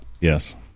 Yes